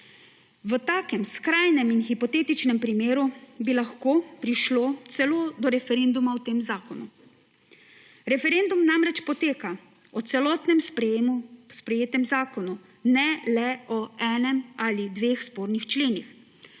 V takem skrajnem in hipotetičnem primeru bi lahko prišlo celo do referenduma o tem zakonu. Referendum namreč poteka o celotnem sprejetem zakonu, ne le o enem ali dveh spornih členih.